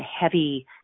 heavy